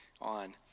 on